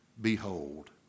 behold